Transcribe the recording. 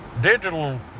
Digital